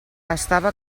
estava